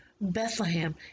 Bethlehem